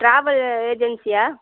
travel ஏஜென்சியா